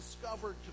discovered